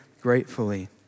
gratefully